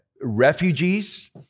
refugees